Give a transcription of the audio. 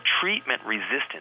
treatment-resistant